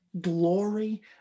glory